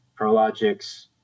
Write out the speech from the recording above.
ProLogic's